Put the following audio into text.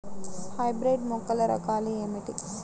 Hybrid మొక్కల రకాలు ఏమిటీ?